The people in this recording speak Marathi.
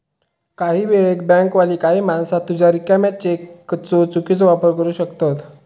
काही वेळेक बँकवाली काही माणसा तुझ्या रिकाम्या चेकचो चुकीचो वापर करू शकतत